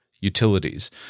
utilities